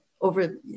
over